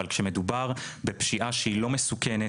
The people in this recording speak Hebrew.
אבל כשמדובר בפשיעה לא מסוכנת,